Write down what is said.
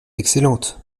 excellente